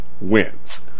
wins